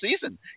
season